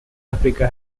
africa